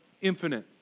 infinite